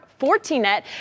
Fortinet